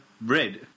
bread